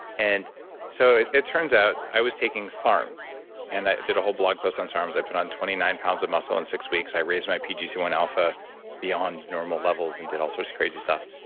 and so it it turns out i was taking sarms and i did a whole blog post on firearms. i put on twenty nine pounds of muscle in six weeks. i raised my pgc one alpha beyond normal levels and did all sorts of crazy stuff.